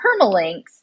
permalinks